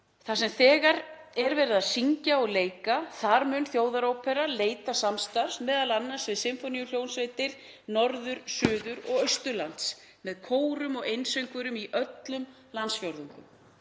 Þar sem þegar er verið að syngja og leika mun Þjóðarópera leita samstarfs, m.a. við sinfóníuhljómsveitir Norður-, Suður- og Austurlands, með kórum og einsöngvurum í öllum landsfjórðungum.